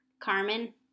Carmen